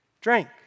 drank